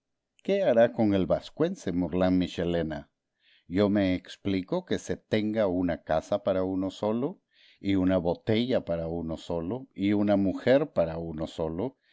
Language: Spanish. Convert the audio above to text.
qué hará con el vascuence mourlane michelena yo me explico que se tenga una casa para uno solo y una botella para uno solo y una mujer para uno solo